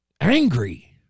angry